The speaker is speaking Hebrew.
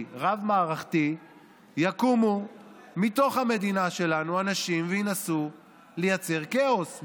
רב-מערכתי יקומו מתוך המדינה שלנו אנשים וינסו לייצר כאוס,